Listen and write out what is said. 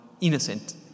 innocent